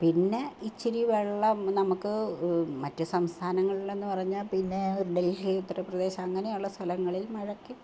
പിന്നെ ഇച്ചിരി വെള്ളം നമുക്ക് മറ്റു സംസ്ഥാനങ്ങൾ എന്നു പറഞ്ഞാൽ പിന്നെ ഡൽഹി ഉത്തർ പ്രദേശ് അങ്ങനെയുള്ള സ്ഥലങ്ങളിൽ മഴക്ക്